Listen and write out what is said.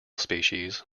species